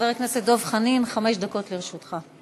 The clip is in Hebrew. חבר הכנסת דב חנין, חמש דקות לרשותך.